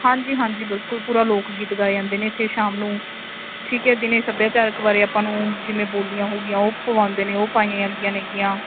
ਹਾਂਜੀ ਹਾਂਜੀ ਬਿਲਕੁਲ ਪੂਰਾ ਲੋਕ ਗੀਤ ਗਾਏ ਜਾਂਦੇ ਨੇ ਇੱਥੇ ਸ਼ਾਮ ਨੂੰ ਠੀਕ ਹੈ ਦਿਨੇ ਸੱਭਿਆਚਾਰਕ ਬਾਰੇ ਆਪਾਂ ਨੂੰ ਜਿਵੇਂ ਬੋਲੀਆਂ ਹੋ ਗਈਆਂ ਉਹ ਪਵਾਉਂਦੇ ਨੇ ਉਹ ਪਾਈਆਂ ਜਾਂਦੀਆਂ ਨੇ ਗੀਆਂ